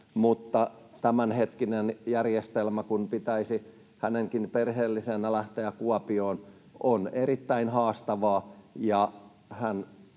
tämänhetkinen järjestelmä, kun pitäisi hänenkin perheellisenä lähteä Kuopioon, on erittäin haastava.